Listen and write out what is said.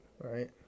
Right